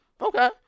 okay